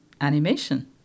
animation